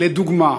לדוגמה,